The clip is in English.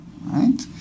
right